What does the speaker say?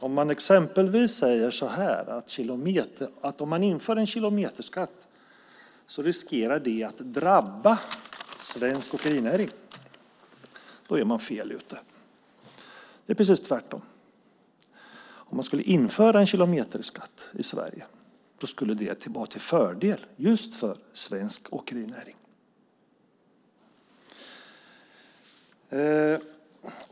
Om man exempelvis säger att om en kilometerskatt införs riskerar det att drabba svensk åkerinäring, då är man fel ute. Det är precis tvärtom. Om en kilometerskatt skulle införas i Sverige skulle det vara till fördel just för svensk åkerinäring.